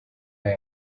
ayo